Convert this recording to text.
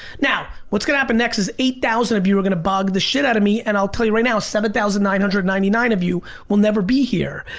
now, what's gonna happen next is eight thousand of you are gonna bug the shit out of me, and i'll tell you right now seven thousand nine hundred and ninety nine of you will never be here.